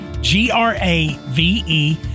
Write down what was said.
G-R-A-V-E